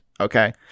Okay